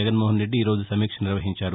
జగన్మోహన్ రెడ్డి ఈ రోజు సమీక్ష నిర్వహించారు